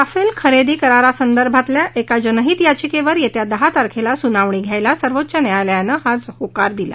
Rafale खरेदी करारासंदर्भातल्या एका जनहित याचिकेवर येत्या दहा तारखेला सुनावणी घ्यायला सर्वोच्च न्यायालयानं आज होकार दिला